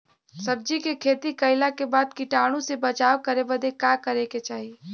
सब्जी के खेती कइला के बाद कीटाणु से बचाव करे बदे का करे के चाही?